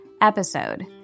episode